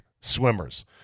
swimmers